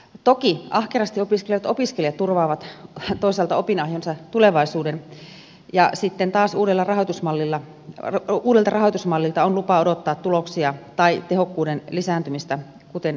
toki ahkerasti opiskelevat opiskelijat turvaavat toisaalta opinahjonsa tulevaisuuden ja sitten taas uudelta rahoitusmallilta on lupa odottaa tuloksia tai tehokkuuden lisääntymistä kuten esitys toteaa